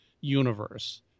universe